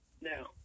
No